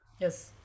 yes